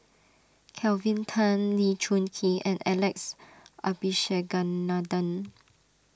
Kelvin Tan Lee Choon Kee and Alex Abisheganaden